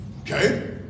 Okay